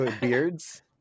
Beards